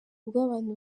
bw’abantu